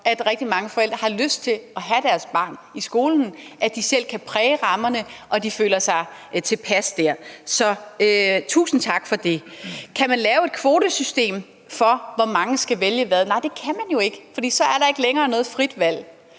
at rigtig mange forældre har lyst til at have deres barn i skolen, er, at de selv kan præge rammerne, og at de føler sig tilpas der. Så tusind tak for det. Kan man lave et kvotesystem for, hvor mange der skal vælge hvad? Nej, det kan man jo ikke, for så er der ikke længere noget frit valg.